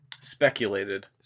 Speculated